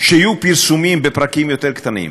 שיהיו פרסומים בפרקים יותר קצרים.